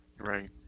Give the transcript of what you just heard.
Right